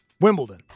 Wimbledon